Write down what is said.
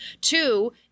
two